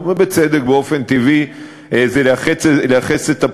צורך בפנייה פרטנית לכל פעולה.